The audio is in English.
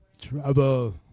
Trouble